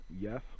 Yes